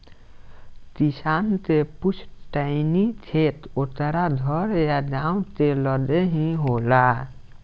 किसान के पुस्तैनी खेत ओकरा घर या गांव के लगे ही होला